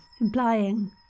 Implying